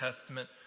Testament